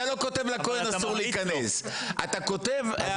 אתה לא כותב שאסור להיכנס,